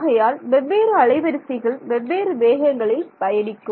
ஆகையால் வெவ்வேறு அலைவரிசைகள் வெவ்வேறு வேகங்களில் பயணிக்கும்